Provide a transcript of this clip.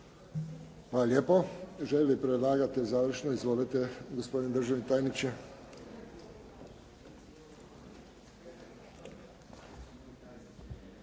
lijepo. Želi li predlagatelj završno? Izvolite. Gospodin državni tajnik.